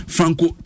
Franco